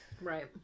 right